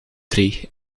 drie